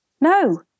No